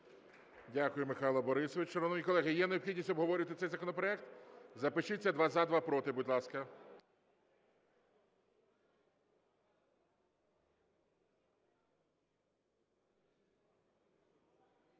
Дякую, Михайло Борисович. Шановні колеги, є необхідність обговорювати цей законопроект? Запишіться: два – за, два – проти, будь ласка.